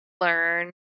learn